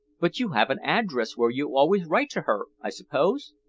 but you have an address where you always write to her, i suppose?